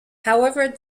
however